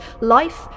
life